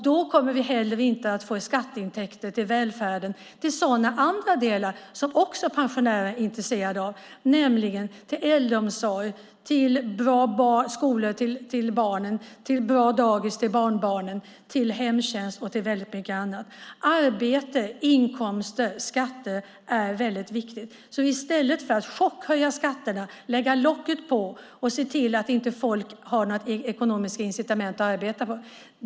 Då kommer vi heller inte att få in skatteintäkter till välfärden till sådana andra delar som pensionärerna är intresserade av. Det handlar om äldreomsorg, bra skolor till barnen, bra dagis till barnbarnen, hemtjänst och mycket annat. Arbete, inkomster och skatter är viktigt. Man kommer att chockhöja skatterna, lägga locket på och se till att folk inte har några ekonomiska incitament att arbeta.